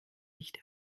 nicht